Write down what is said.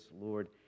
Lord